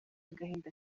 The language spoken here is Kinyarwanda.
agahinda